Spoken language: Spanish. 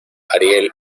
ariel